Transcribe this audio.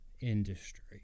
industry